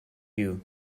you